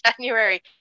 January